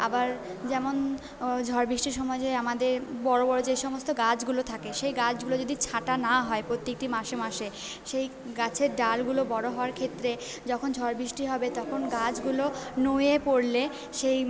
আবার যেমন ঝড় বিষ্টির সময় যে আমাদের বড়ো বড়ো যে সমস্ত গাছগুলো থাকে সেই গাছগুলো যদি ছাঁটা না হয় প্রত্যেকটি মাসে মাসে সেই গাছের ডালগুলো বড়ো হওয়ার ক্ষেত্রে যখন ঝড় বিষ্টি হবে তখন গাছগুলো নুয়ে পড়লে সেই